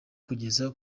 kugeza